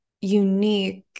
unique